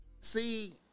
See